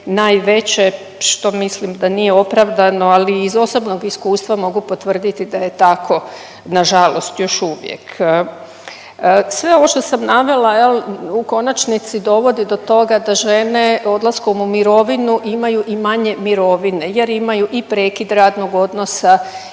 najveće, što mislim da nije opravdano, ali iz osobnog iskustva mogu potvrditi da je tako nažalost još uvijek. Sve ovo što sam navela jel u konačnici dovodi do toga da žene odlaskom u mirovinu imaju i manje mirovine jer imaju i prekid radnog odnosa